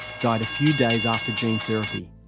died a few days after gene therapy.